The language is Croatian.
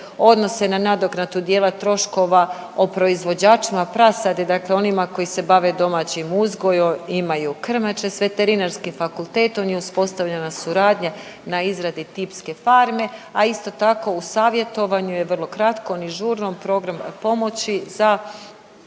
odnose na nadoknadu dijela troškova o proizvođačima prasadi dakle onima koji se bave domaćim uzgojem, imaju krmače s Veterinarskim fakultetom je uspostavljena suradnja na izradi tipske farme, a isto tako u savjetovanju je vrlo kratkom i žurnom program pomoći za